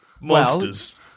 Monsters